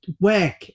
work